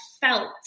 felt